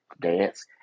dance